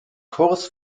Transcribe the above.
kurs